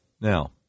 Now